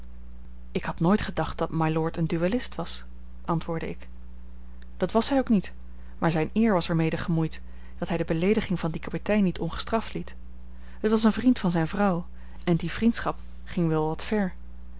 ik had nooit gedacht dat mylord een duellist was antwoordde ik dat was hij ook niet maar zijne eer was er mede gemoeid dat hij de beleediging van dien kapitein niet ongestraft liet het was een vriend van zijne vrouw en die vriendschap ging wel wat ver